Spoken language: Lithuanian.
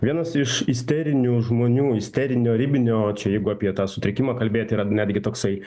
vienas iš isterinių žmonių isterinio ribinio čia jeigu apie tą sutrikimą kalbėti yra netgi toksai